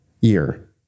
year